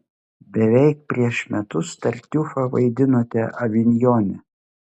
beveik prieš metus tartiufą vaidinote avinjone